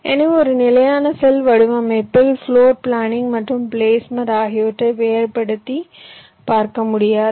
எனவே ஒரு நிலையான செல் வடிவமைப்பில் ப்ளோர் பிளானிங் மற்றும் பிளேஸ்மென்ட் ஆகியவற்றை வேறுபடுத்திப் பார்க்க முடியாது